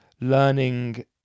learning